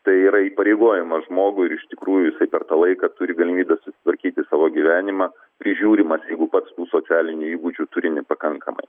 tai yra įpareigojimas žmogui ir iš tikrųjų jisai per tą laiką turi galimybę susitvarkyti savo gyvenimą prižiūrimas jeigu pats tų socialinių įgūdžių turi nepakankamai